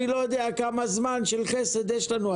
אני לא יודע כמה זמן של חסד יש לנו,